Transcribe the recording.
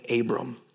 Abram